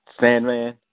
Sandman